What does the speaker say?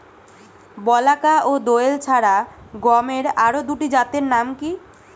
বলাকা ও দোয়েল ছাড়া গমের আরো দুটি জাতের নাম কি?